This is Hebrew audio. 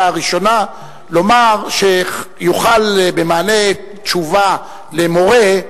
הראשונה לומר שיוכל במענה תשובה למורה,